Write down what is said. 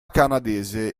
canadese